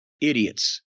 idiots